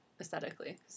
aesthetically